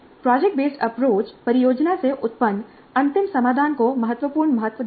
project based approach परियोजना से उत्पन्न अंतिम समाधान को महत्वपूर्ण महत्व देता है